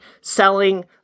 selling